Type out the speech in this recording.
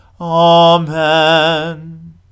Amen